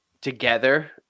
together